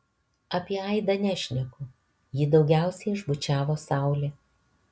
apie aidą nešneku jį daugiausiai išbučiavo saulė